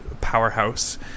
powerhouse